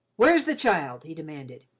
where's the child? he demanded.